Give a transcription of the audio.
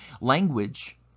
Language